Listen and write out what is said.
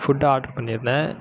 food order பண்ணியிருந்தேன்